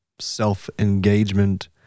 self-engagement